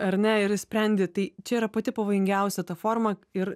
ar ne ir išsprendi tai čia yra pati pavojingiausia ta forma ir